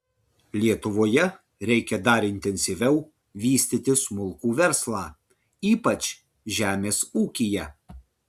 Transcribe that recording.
lietuvoje reikia dar intensyviau vystyti smulkų verslą ypač žemės ūkyje